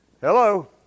Hello